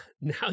now